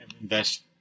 invest